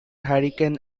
hurricane